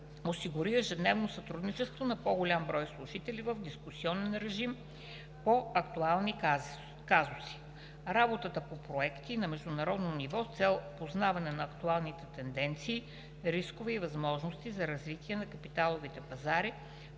осигури ежедневно сътрудничество на по-голям брой служители в дискусионен режим по актуални казуси; работа по проекти на международно ниво с цел познаване на актуалните тенденции, рискове и възможности за развитие на капиталовите пазари